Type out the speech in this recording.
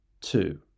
two